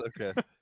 Okay